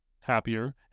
happier